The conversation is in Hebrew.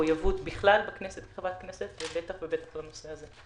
למחויבות בכלל בכנסת כחברת כנסת ובטח ובטח לנושא הזה.